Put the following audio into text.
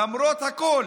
למרות הכול